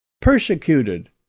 Persecuted